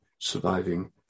surviving